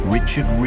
Richard